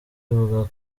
ivuga